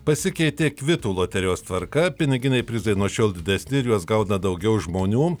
pasikeitė kvitų loterijos tvarka piniginiai prizai nuo šiol didesni ir juos gauna daugiau žmonių